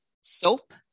soap